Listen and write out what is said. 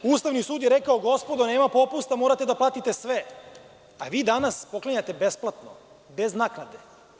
Ustavni sud je rekao – gospodo, nema popusta, morate da platite sve, a vi danas poklanjate besplatno, bez naknade.